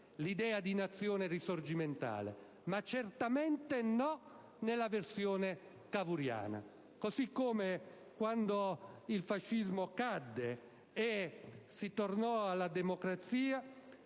l'idea di nazione risorgimentale, ma non certamente nella versione cavourriana. Così come, quando il fascismo cadde e si tornò alla democrazia,